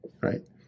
right